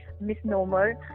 misnomer